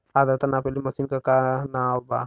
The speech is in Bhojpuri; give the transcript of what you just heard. आद्रता नापे वाली मशीन क का नाव बा?